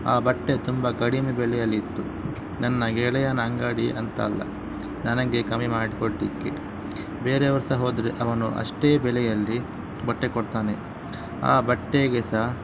ಆ ಬಟ್ಟೆ ತುಂಬ ಕಡಿಮೆ ಬೆಲೆಯಲ್ಲಿತ್ತು ನನ್ನ ಗೆಳೆಯನ ಅಂಗಡಿ ಅಂತ ಅಲ್ಲ ನನಗೆ ಕಮ್ಮಿ ಮಾಡಿಕೊಡಲಿಕ್ಕೆ ಬೇರೆ ಅವ್ರು ಸಹ ಹೋದರೆ ಅವನು ಅಷ್ಟೇ ಬೆಲೆಯಲ್ಲಿ ಬಟ್ಟೆ ಕೊಡ್ತಾನೆ ಆ ಬಟ್ಟೆಗೆ ಸಹ